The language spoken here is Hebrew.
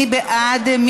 מי בעד?